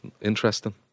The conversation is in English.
interesting